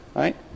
right